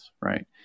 right